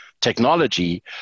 technology